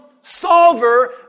solver